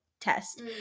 test